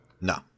No